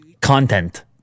content